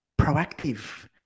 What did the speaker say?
proactive